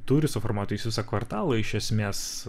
turi suformuoti jūs visą kvartalą iš esmės